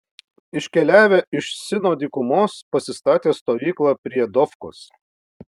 iškeliavę iš sino dykumos pasistatė stovyklą prie dofkos